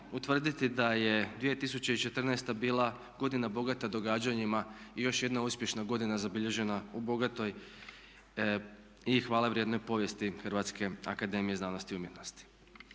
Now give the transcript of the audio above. utvrditi da je 2014.bila godina bogata događanjima i još jedna uspješna godina zabilježena u bogatoj i hvale vrijednoj povijesti Hrvatske akademije znanosti i umjetnosti.